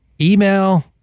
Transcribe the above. email